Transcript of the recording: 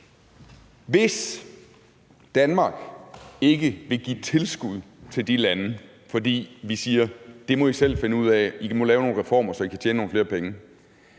Hvis Danmark ikke vil give tilskud til de lande, fordi vi siger, at det må de selv finde ud af – de må lave nogle reformer, så de kan tjene nogle flere penge